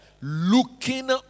Looking